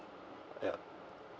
yup